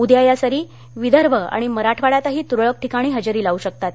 उद्या या सरी विदर्भ आणि मराठवाड़यातही तुरळक ठिकाणी हजेरी लावू शकतात